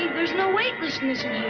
there's no weightlessness in